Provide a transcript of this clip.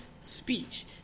speech